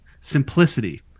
Simplicity